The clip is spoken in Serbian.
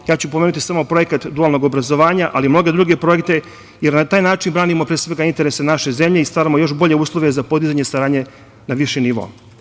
Ja ću ponoviti samo projekat dualnog obrazovanja, ali i mnoge druge projekte, jer na taj način branimo pre svega interese naše zemlje i stvaramo još bolje uslove za podizanje saradnje na viši nivo.